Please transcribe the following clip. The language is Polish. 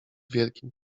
wielkim